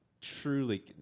truly